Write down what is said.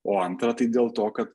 o antra tai dėl to kad